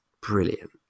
brilliant